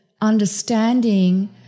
understanding